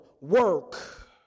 work